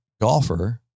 golfer